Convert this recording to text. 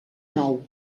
nou